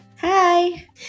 Hi